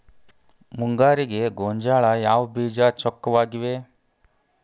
ಮುಂಗಾರಿಗೆ ಗೋಂಜಾಳ ಯಾವ ಬೇಜ ಚೊಕ್ಕವಾಗಿವೆ?